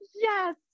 yes